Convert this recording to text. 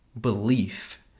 belief